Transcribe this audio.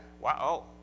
wow